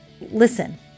Listen